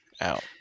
out